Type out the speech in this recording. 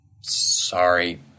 Sorry